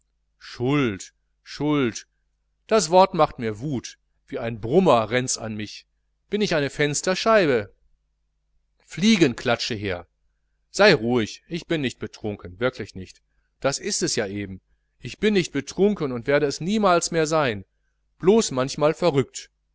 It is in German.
schuld schuld das wort macht mir wut wie ein brummer rennts an mich an bin ich eine fensterscheibe fliegenklatsche her fliegenklatsche sei ruhig ich bin nicht betrunken wirklich nicht das ist es ja eben ich bin nicht betrunken und ich werde es niemals mehr sein blos manchmal verrückt